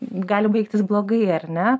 gali baigtis blogai ar ne